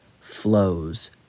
flows